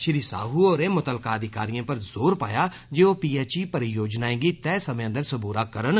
श्री साहू होरें मुतलका अधिकारिएं पर जोर पाया जे ओ पीएचई परियोजनाएं गी तैह समें अंदर सबूरा करन